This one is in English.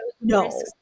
no